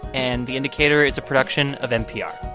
and the indicator is a production of npr